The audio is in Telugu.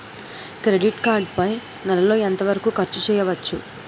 క్రెడిట్ కార్డ్ పై నెల లో ఎంత వరకూ ఖర్చు చేయవచ్చు?